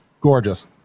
gorgeous